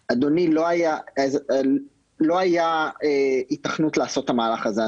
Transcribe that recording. אדוני, לא היה היתכנות לעשות את המהלך הזה.